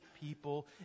people